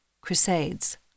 crusades